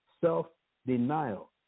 self-denial